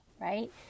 right